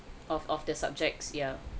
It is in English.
of of the subjects yeah